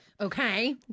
Okay